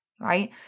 Right